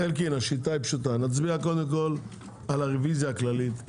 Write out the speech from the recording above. השיטה פשוטה - נצביע קודם על הרביזיה הכללית.